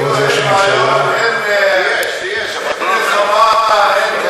כאילו אין בעיות, אין מלחמה, אין,